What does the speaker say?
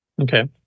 Okay